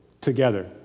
together